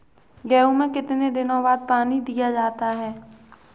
गेहूँ में कितने दिनों बाद पानी दिया जाता है?